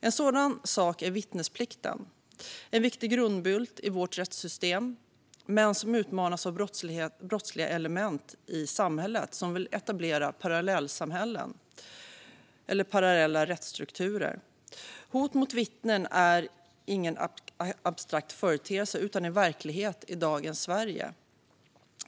En sådan sak är vittnesplikten. Det är en viktig grundbult i vårt rättssystem, men utmanas av brottsliga element i samhället som vill etablera parallellsamhällen eller parallella rättsstrukturer. Hot mot vittnen är ingen abstrakt företeelse utan en verklighet i dagens Sverige.